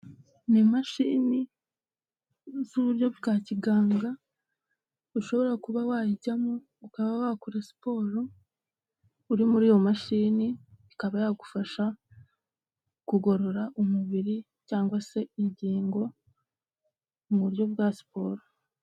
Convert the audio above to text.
Ni imashini z'uburyo bwa kiganga ushobora kuba wayijyamo ukaba wakora siporo, uri muri iyo mashini ikaba yagufasha kugorora umubiri cyangwa se ingingo mu buryo bwa siporo.